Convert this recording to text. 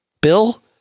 Bill